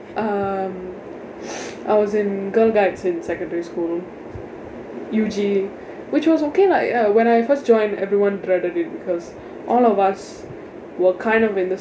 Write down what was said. um I was in girl guides in secondary school U_G which was okay lah when I first joined everyone dreaded it because all of us were kind of in the